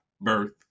birth